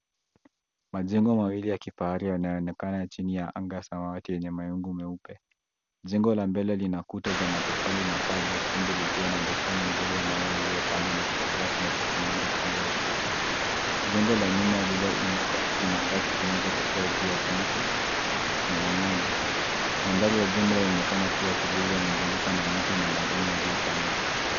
Majengo mawili ya kifahari yanayoonekana chini ya anga ya samawati yenye mawingu meupe. Jengo la mbele lina kuta la matofali na paa jekundu likiwa na bustani nzuri ya maua yalio pandwa na kichaka kinachopunguza kando ya ukuta. Jengo la nyuma lililo inuka ina ngazi zilizoelekea juu ya tanki na la maji. Mandhari ya jumla inaonekana kuwa tulivu yamezungukwa na miti na majani yaliochanua.